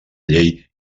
llei